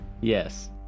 Yes